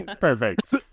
Perfect